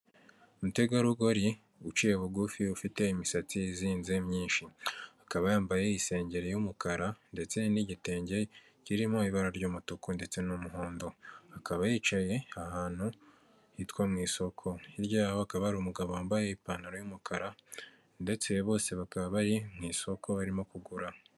Umutegarugori uciye bugufi ufite imisatsi izinze myinshi, akaba yambaye isengeri y'umukara ndetse n'igitenge kirimo ibara ry'umutuku ndetse n'umuhondo, akaba yicaye ahantu hitwa mu isoko, hirya y'aho hakaba ari umugabo wambaye ipantaro y'umukara ndetse bose bakaba bari mu isoko barimo kugura.